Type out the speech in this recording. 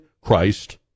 Christ